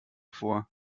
vor